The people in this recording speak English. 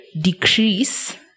decrease